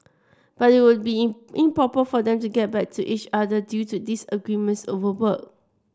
but it would be improper for them to get back to each other due to disagreements over work